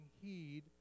heed